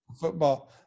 Football